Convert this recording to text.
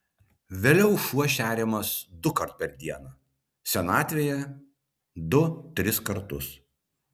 vėliau šuo šeriamas dukart per dieną senatvėje du tris kartus